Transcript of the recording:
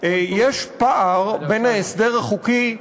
יש פער בין ההסדר החוקי,